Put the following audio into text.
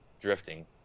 drifting